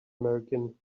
american